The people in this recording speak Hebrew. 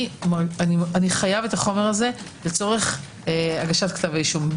אני חייב את החומר הזה לצורך הגשת כתב אישום.